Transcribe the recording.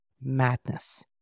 madness